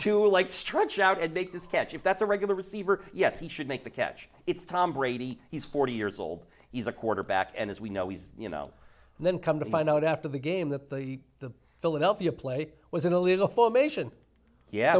like stretch out and make this catch if that's a regular receiver yes he should make the catch it's tom brady he's forty years old he's a quarterback and as we know he's you know and then come to find out after the game that the the philadelphia play was in a little formation yeah